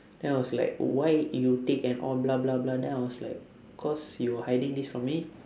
then I was like why you take and all blah blah blah then I was like cause you hiding this from me